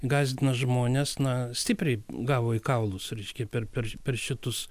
gąsdina žmones na stipriai gavo į kaulus reiškia per per per šitus